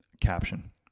caption